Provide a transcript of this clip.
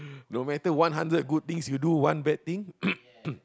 no matter one hundred good things you do one bad thing